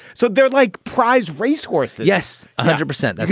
so they're like prized racehorse. yes, a hundred percent.